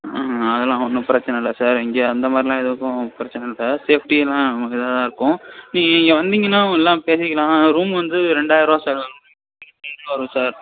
ம் அதெல்லாம் ஒன்றும் பிரச்சனை இல்லை சார் இங்கே அந்த மாதிரிலாம் எதுக்கும் பிரச்சனை இல்லை சார் சேஃப்ட்டியெல்லாம் கொஞ்சம் இதாக தான் இருக்கும் நீங்கள் இங்கே வந்தீங்கன்னால் உங்களுக்கெல்லாம் தெரிஞ்சுக்கலாம் ரூம் வந்து ரெண்டாயர ரூபா சார் வரும் சார்